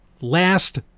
last